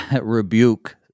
rebuke